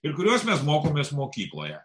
ir kuriuos mes mokomės mokykloje